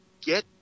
get